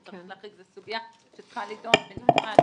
זו סוגיה שצריכה להידון במיוחד.